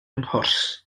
mhwrs